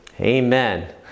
Amen